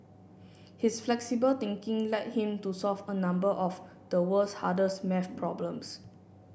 his flexible thinking led him to solve a number of the world's hardest maths problems